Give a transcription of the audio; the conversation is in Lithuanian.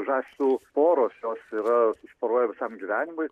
žąsų poros jos yra susiporuoja visam gyvenimui